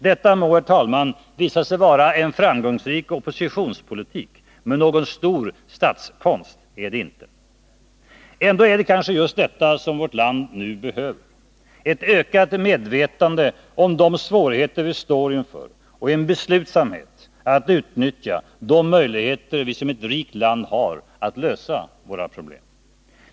Detta må, herr talman, visa sig vara en framgångsrik oppositionspolitik, men någon stor statskonst är det inte. Ändå är det kanske just detta som vårt land nu behöver: Ett ökat medvetande om de svårigheter vi står inför och en beslutsamhet att utnyttja de möjligheter vi som ett rikt land har att lösa våra problem.